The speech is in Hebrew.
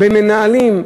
בין מנהלים,